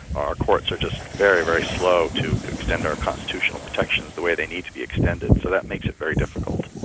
are courts are just very, very slow to extend their constitution ah protections the way they need to be extended. so that makes it very difficult.